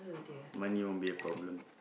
money won't be a problem